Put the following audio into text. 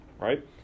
right